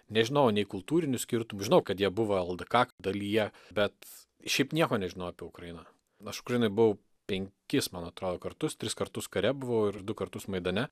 nežinojau nei kultūrinių skirtumų žinau kad jie buvo ldk dalyje bet šiaip nieko nežinojau apie ukrainą aš ukrainoj buvau penkis man atrodo kartus tris kartus kare buvau ir du kartus maidane